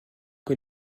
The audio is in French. que